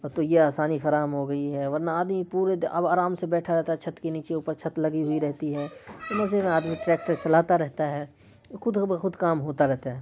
اب تو یہ آسانی فراہم ہو گئی ورنہ آدمی پورے اب آرام سے پورے بیٹھا رہتا ہے چھت کے نیچے اوپر چھت لگی ہوئی رہتی ہے مزے میں آدمی ٹریکٹر چلاتا رہتا ہے کود بخود کام ہوتا رہتا ہے